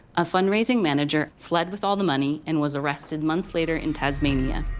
a fundraising manager fled with all the money and was arrested months later in tasmania.